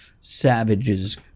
Savage's